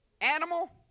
animal